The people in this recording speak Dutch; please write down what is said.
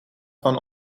van